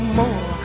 more